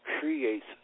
creates